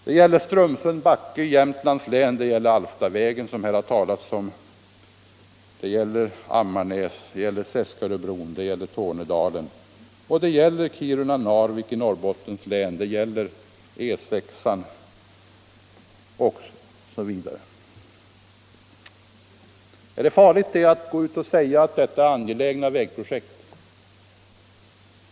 Det gäller Strömsund-Backe i Jämtlands län, det gäller Alftavägen, som här har talats om, det gäller Ammarnäsvägen, Seskaröbron, Tornedalen; det gäller också vägen Kiruna-Narvik i Norrbottens län, E 6 osv. Är det farligt att gå ut och säga att detta är angelägna vägprojekt?